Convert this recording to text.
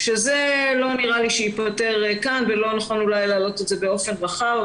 שלא נראה לי שייפתר כאן ואולי לא נכון להעלות את זה באופן רחב.